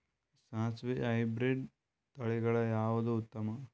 ಸಾಸಿವಿ ಹೈಬ್ರಿಡ್ ತಳಿಗಳ ಯಾವದು ಉತ್ತಮ?